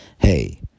hey